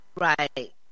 Right